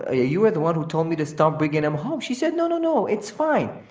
ah you were the one to tell me to stop bringing him home. she said, no no no, it's fine.